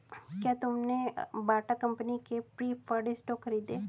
क्या तुमने Bata company के प्रिफर्ड स्टॉक खरीदे?